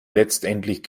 letztendlich